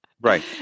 Right